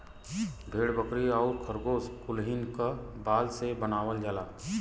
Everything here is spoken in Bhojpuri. भेड़ बकरी आउर खरगोस कुलहीन क बाल से बनावल जाला